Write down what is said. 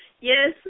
yes